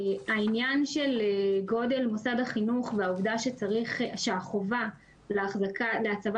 העניין של גודל מוסד החינוך והעובדה שהחובה להצבה